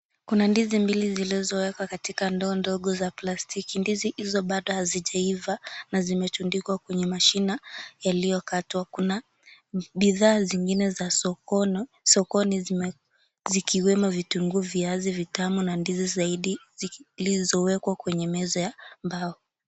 Kuna ndizi mbili zilizowekwa katika ndoto ndugu za plastiki. Ndizi hizo bado hazijaiva, na zimetundikwa kwenye mashina yaliyokatwa. Kuna bidhaa zingine za sokoni, zikiwemo vitunguu, viazi vitamu, na ndizi zaidi, zilizowekwa kwenye meza ya mbao.